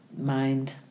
mind